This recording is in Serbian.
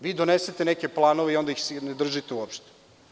Vi donesete neke planove i onda ih se ne držite uopšte.